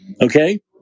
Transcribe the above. Okay